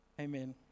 Amen